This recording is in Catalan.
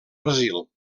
brasil